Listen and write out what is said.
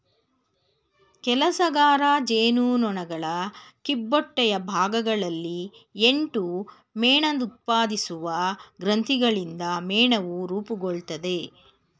ಕೆಲಸಗಾರ ಜೇನುನೊಣಗಳ ಕಿಬ್ಬೊಟ್ಟೆಯ ಭಾಗಗಳಲ್ಲಿ ಎಂಟು ಮೇಣಉತ್ಪಾದಿಸುವ ಗ್ರಂಥಿಗಳಿಂದ ಮೇಣವು ರೂಪುಗೊಳ್ತದೆ